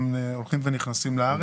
הם הולכים ונכנסים לארץ.